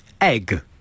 Egg